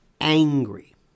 angry